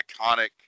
iconic